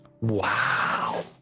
Wow